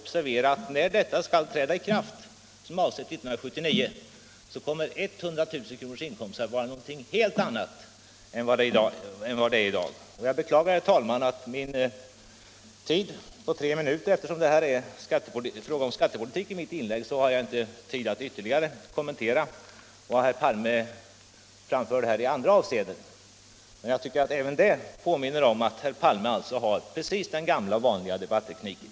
Observera att år 1979, då detta skall träda i kraft, kommer 100 000 kronors inkomst att vara någonting helt annat än vad det är i dag. Jag beklagar, herr talman, att min repliktid snart är slut. Eftersom jag ville uppehålla mig vid skattepolitiken har jag inte tid att ytterligare kommentera vad herr Palme sade i andra avseenden. Men även det visar att herr Palme fortfarande har kvar den vanliga debattekniken.